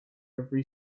every